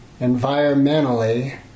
environmentally